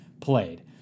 played